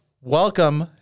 Welcome